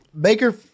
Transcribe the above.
Baker